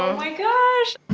my gosh